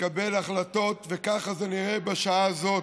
לקבל החלטות, וכך זה נראה בשעה הזאת.